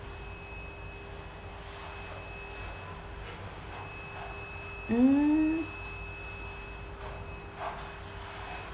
mm